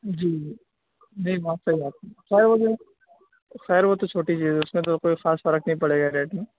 جی جی نہیں بات صحیح ہے آپ کی خیر وہ تو چھوٹی چیز ہے اس میں تو کوئی خاص فرق نہیں پڑے گا ریٹ میں